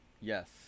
yes